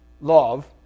love